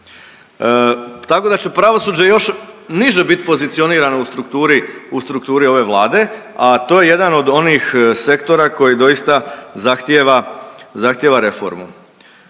tako da će pravosuđe još niže bit pozicionirano u strukturi ove Vlade, a to je jedan od onih sektora koji doista zahtijeva reformu.